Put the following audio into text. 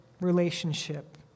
relationship